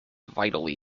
vitally